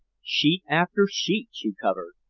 sheet after sheet she covered.